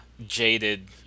jaded